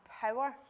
power